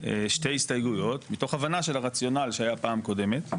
שתי הסתייגויות מתוך הבנה של הרציונל שהיה בפעם הקודמת.